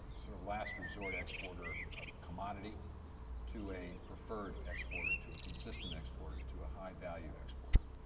sort of last resort exporter of commodity to a preferred exporter to a consistent exporter to a high value exporter.